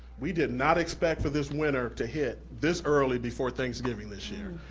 we did not expect for this winter to hit this early before thanksgiving this year.